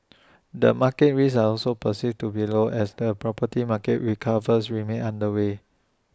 the market risks are also perceived to be low as the property market recovers remains underway